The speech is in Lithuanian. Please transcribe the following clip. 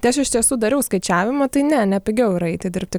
tai aš iš tiesų dariau skaičiavimą tai ne ne pigiau ir eiti dirbti